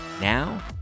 Now